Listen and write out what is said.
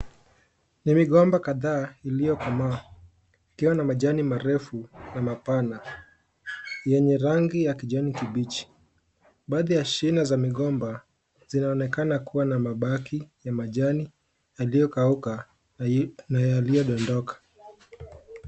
Ni migomba kadhaa iliyokomaa ikiwa na majani marefu na mapana yenye rangi ya kijani kibichi baadhi ya shina za migomba zinaonekana kuwa na mabaki ya majani yaliyokauka na yaliyodondoka.